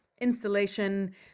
installation